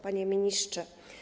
Panie Ministrze!